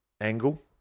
angle